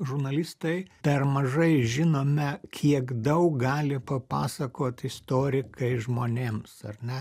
žurnalistai per mažai žinome kiek daug gali papasakot istorikai žmonėms ar ne